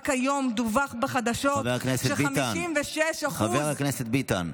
רק היום דווח בחדשות ש-56% חבר הכנסת ביטן.